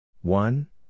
One